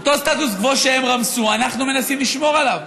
אותו סטטוס קוו שהם רמסו, אנחנו מנסים לשמור עליו.